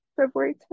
February